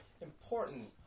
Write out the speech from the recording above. important